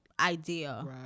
idea